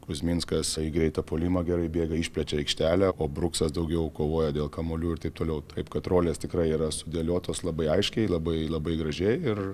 kuzminskas greitą puolimą gerai bėga išplečia aikštelę o bruksas daugiau kovoja dėl kamuolių ir taip toliau taip kad rolės tikrai yra sudėliotos labai aiškiai labai labai gražiai ir